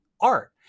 art